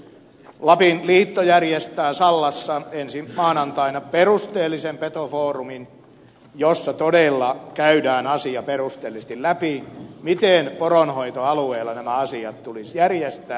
lapin liitto järjestää sallassa ensi maanantaina perusteellisen petofoorumin jossa todella käydään perusteellisesti läpi miten poronhoitoalueella nämä asiat tulisi järjestää